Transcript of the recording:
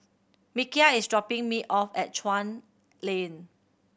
Mikeal is dropping me off at Chuan Lane